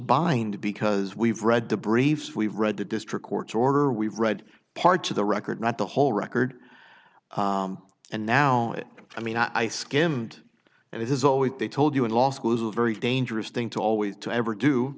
bind because we've read the briefs we've read the district court's order we've read parts of the record not the whole record and now it i mean i skimmed and it has always they told you in law school is a very dangerous thing to always to ever do